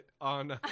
on